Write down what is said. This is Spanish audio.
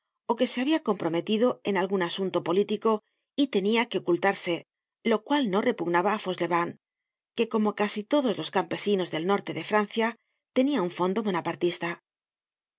ó que se habia comprometido en algun asunto político y tenia que ocultarse lo cual no repugnaba á fauchelevent que como casi todos los campesinos del norte de francia tenia un fondo bonapartista